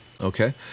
Okay